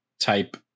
type